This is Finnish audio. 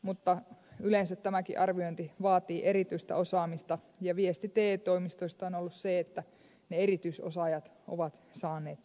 mutta yleensä tämäkin arviointi vaatii erityistä osaamista ja viesti te toimistoista on ollut se että ne erityisosaajat ovat saaneet lähteä